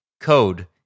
code